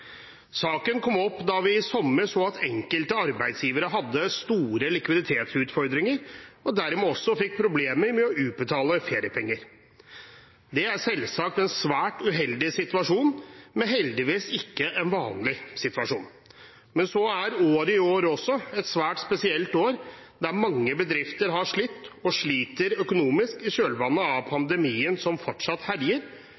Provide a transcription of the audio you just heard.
Saken kom opp da vi i sommer så at enkelte arbeidsgivere hadde store likviditetsutfordringer, og dermed også fikk problemer med å utbetale feriepenger. Det er selvsagt en svært uheldig situasjon, men heldigvis ikke en vanlig situasjon. Men så er jo dette året et svært spesielt år, der mange bedrifter har slitt og sliter økonomisk i kjølvannet av